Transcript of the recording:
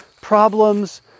problems